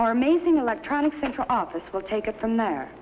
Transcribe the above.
or amazing electronic central office will take it from there